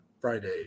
Friday